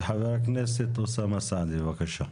חבר הכנסת אוסאמה סעדי, בבקשה.